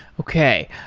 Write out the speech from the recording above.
okay.